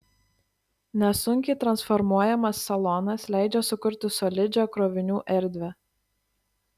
nesunkiai transformuojamas salonas leidžia sukurti solidžią krovinių erdvę